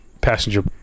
passenger